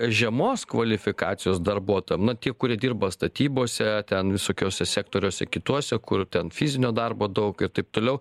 žemos kvalifikacijos darbuotojam na tie kurie dirba statybose ten visokiose sektoriuose kituose kur ten fizinio darbo daug ir taip toliau